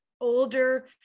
older